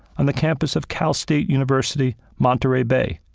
and the campus of cal state university, monterey bay,